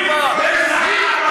פה לא מפגינים.